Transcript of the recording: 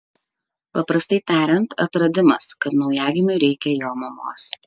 paprastai tariant atradimas kad naujagimiui reikia jo mamos